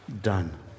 done